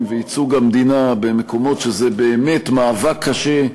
וייצוג המדינה במקומות שבהם באמת המאבק קשה,